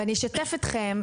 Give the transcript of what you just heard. אני אשתף אתכם,